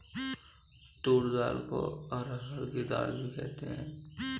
तूर दाल को अरहड़ की दाल भी कहा जाता है